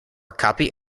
copy